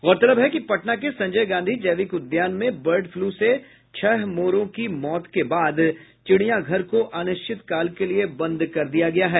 गौरतलब है कि पटना के संजय गांधी जैविक उद्यान में बर्ड फ्लू से छह मोरों की मौत के बाद चिड़ियाघर को अनिश्चितकाल के लिये बंद कर दिया गया है